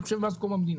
אני חושב מאז קום המדינה,